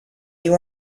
you